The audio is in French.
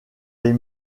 les